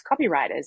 copywriters